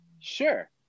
sure